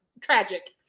tragic